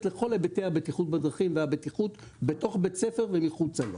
לכל היבטי הבטיחות בדרכים והבטיחות בתוך בית הספר ומחוצה לה.